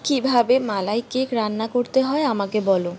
কীভাবে মালাই কেক রান্না করতে হয় আমাকে বলো